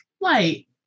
light